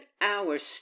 hours